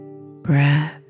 breath